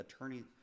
attorney